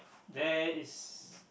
there is